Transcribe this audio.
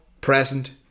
present